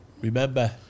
Remember